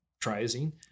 triazine